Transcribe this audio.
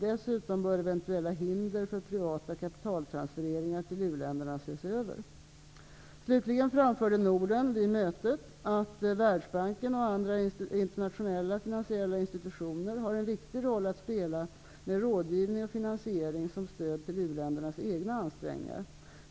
Dessutom bör eventuella hinder för privata kapitaltransfereringar till u-länderna ses över. Världsbanken och andra internationella finansiella institutioner har en viktig roll att spela med rådgivning och finansiering som stöd till uländernas egna ansträngningar.